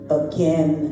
again